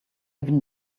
even